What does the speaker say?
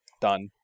done